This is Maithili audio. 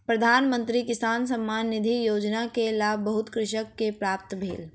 प्रधान मंत्री किसान सम्मान निधि योजना के लाभ बहुत कृषक के प्राप्त भेल